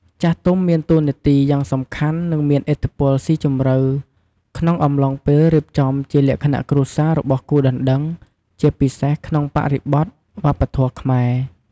ចាស់ទុំមានតួនាទីយ៉ាងសំខាន់ និងមានឥទ្ធិពលស៊ីជម្រៅក្នុងអំឡុងពេលរៀបចំជាលក្ខណៈគ្រួសាររបស់គូដណ្ដឹង ជាពិសេសក្នុងបរិបទវប្បធម៌ខ្មែរ។